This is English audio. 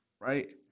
Right